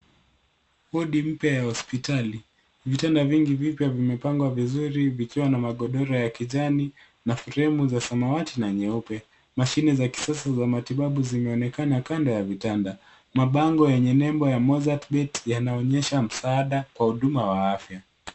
Wodi mpya ya hospitali. Vitanda vingi vipya vimepangwa vizuri vikiwa na magodoro ya kijani na fremu za samawati na nyeupe. Mashine za kisasa za matibabu zimeonekana kando ya kitanda. Mabango yenye nembo ya Mozzart Bet yanaonyesha msaada kwa huduma wa afya.